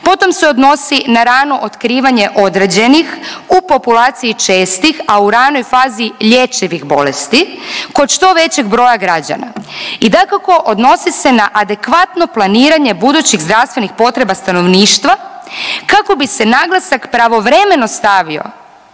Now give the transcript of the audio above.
Potom se odnosi na rano otkrivanje određenih, u populaciji čestih, a u ranoj fazi lječivih bolesti kod što većeg broja građana, i dakako, odnosi se na adekvatno planiranje budućih zdravstveni potreba stanovništva kako bi se naglasak pravovremeno stavio